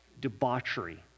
debauchery